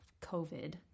COVID